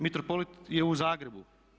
Mitropolit je u Zagrebu.